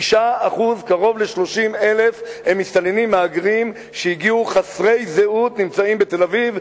6%. קרוב ל-30,000 מסתננים מהגרים חסרי זהות נמצאים בתל-אביב.